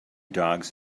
dogs